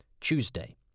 Tuesday